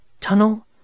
tunnel